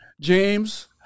James